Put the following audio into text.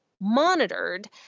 monitored